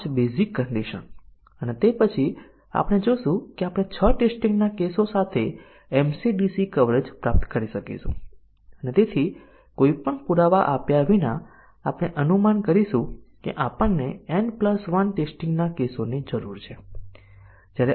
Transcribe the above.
હવે આપણે multiple condition coverage ની બીજી રીત પર નજર કરીએ આ એક મોટી સમસ્યા છે ખરેખર સમસ્યા એ છે કે મલ્ટિપલ કંડિશન કવરેજ સૌથી મજબૂત હોવા છતાં પરંતુ ટેસ્ટીંગ ના કેસોની સંખ્યા એક્ષ્પોનેન્શિયલ છે